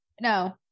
no